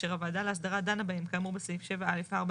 אשר הוועדה להסדרה דנה בהם כאמור בסעיף 7 (א') 4